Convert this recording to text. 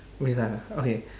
we start ah okay